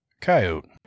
Coyote